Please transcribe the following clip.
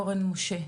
אורן משה.